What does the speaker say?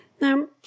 Now